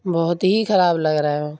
بہت ہی خراب لگ رہا ہے